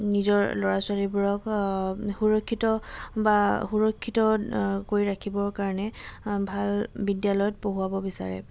নিজৰ ল'ৰা ছোৱালীবোৰক সুৰক্ষিত বা সুৰক্ষিত কৰি ৰাখিবৰ কাৰণে ভাল বিদ্যালয়ত পঢ়ুৱাব বিচাৰে